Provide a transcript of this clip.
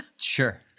Sure